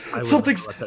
something's